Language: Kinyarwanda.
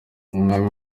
umwami